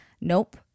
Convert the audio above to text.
nope